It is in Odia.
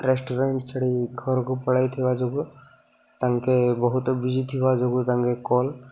ରେଷ୍ଟୁରାଣ୍ଟ୍ ଛାଡ଼ି ଘରକୁ ପଳାଇଥିବା ଯୋଗୁଁ ତାଙ୍କେ ବହୁତ ବୁଝି ଥିବା ଯୋଗୁଁ ତାଙ୍କେ କଲ୍